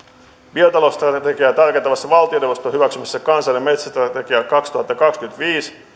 biotalousstrategiaa tarkentavassa valtioneuvoston hyväksymässä kansallinen metsästrategia kaksituhattakaksikymmentäviisissa